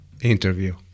interview